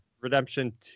Redemption